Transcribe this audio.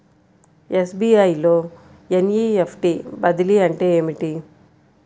SBI లో NEFT బదిలీ అంటే ఏమిటి?